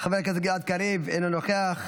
חבר הכנסת גלעד קריב, אינו נוכח.